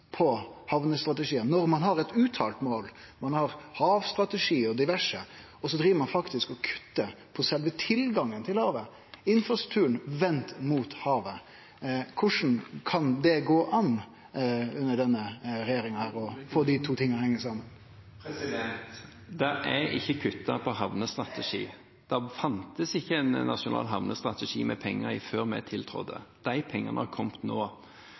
på hamnestrategiar, når ein har eit uttalt mål, når ein har havstrategi og diverse? Likevel driv ein faktisk og kuttar på sjølve tilgangen til havet, infrastrukturen vend mot havet. Korleis kan det gå an under denne regjeringa? – Og dei to tinga heng saman. Det er ikke kuttet på havnestrategi. Det fantes ikke en nasjonal havnestrategi med penger i før vi tiltrådte. De pengene har kommet nå.